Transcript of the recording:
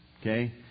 Okay